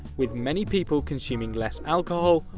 with many people consuming less alcohol,